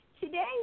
Today